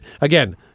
again